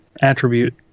attribute